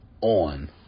on